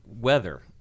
weather